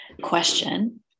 question